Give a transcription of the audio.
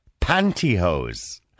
pantyhose